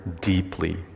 deeply